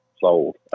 sold